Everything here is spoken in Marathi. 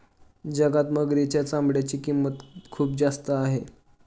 जगात मगरीच्या चामड्याची किंमत खूप जास्त आहे